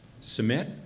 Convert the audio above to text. Submit